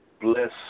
Bless